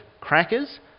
crackers